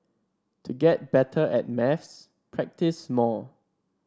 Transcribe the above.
to get better at maths practise more